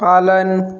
पालन